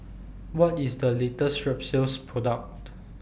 What IS The latest Strepsils Product